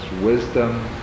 wisdom